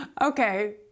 Okay